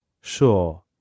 sure